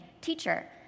Teacher